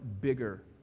bigger